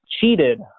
cheated